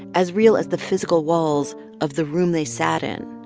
as real as the physical walls of the room they sat in.